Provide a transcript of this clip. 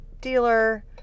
dealer